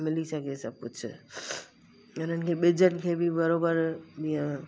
मिली सघे सभु कुझु उन्हनि खे ॿिजनि खे बि बराबरि इहे